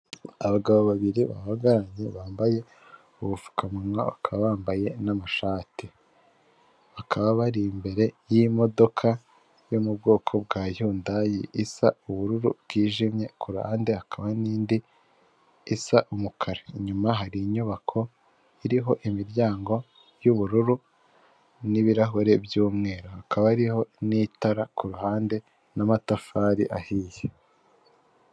Abagabo babiri bahagararanye bambaye ubupfukamunwa bakaba bambaye n'amashati bakaba bari imbere y'imodoka yo mu bwoko bwa yundayi isa ubururu bwijimye kuruhande hakaba n'indi isa umukara inyuma hari inyubako iriho imiryango y'ubururu n'ibirahure byumweru hakaba hariho n'itara kuhande n'amatafari ahiye.